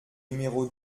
numéro